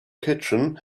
kitchen